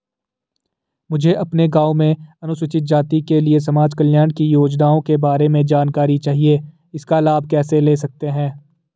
मुझे अपने गाँव में अनुसूचित जाति के लिए समाज कल्याण की योजनाओं के बारे में जानकारी चाहिए इसका लाभ कैसे ले सकते हैं?